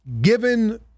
given